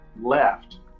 left